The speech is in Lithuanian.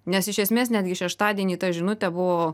nes iš esmės netgi šeštadienį ta žinutė buvo